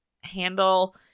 handle